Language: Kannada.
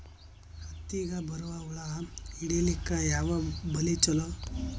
ಹತ್ತಿಗ ಬರುವ ಹುಳ ಹಿಡೀಲಿಕ ಯಾವ ಬಲಿ ಚಲೋ?